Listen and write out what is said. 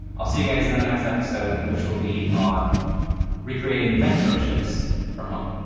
i'll see you guys in the next episode which will be on recreating mentorships from home